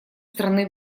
страны